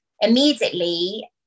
immediately